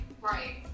right